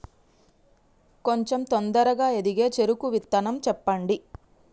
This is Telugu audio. కొంచం తొందరగా ఎదిగే చెరుకు విత్తనం చెప్పండి?